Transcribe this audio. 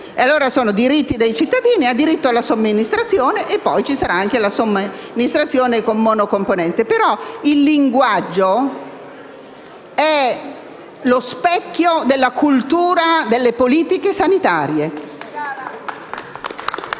in grado di garantirli. C'è il diritto alla somministrazione e poi ci sarà anche la somministrazione con monocomponenti, però il linguaggio è lo specchio della cultura delle politiche sanitarie.